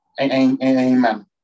Amen